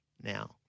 now